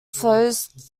flows